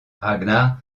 ragnar